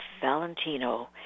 Valentino